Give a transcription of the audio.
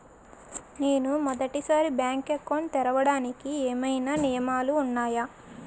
నేను మొదటి సారి బ్యాంక్ అకౌంట్ తెరవడానికి ఏమైనా నియమాలు వున్నాయా?